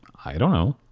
i don't know.